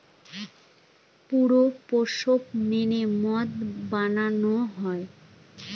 পুরো প্রসেস মেনে মদ বানানো হয়